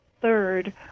third